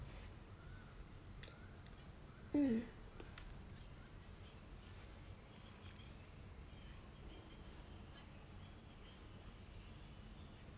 um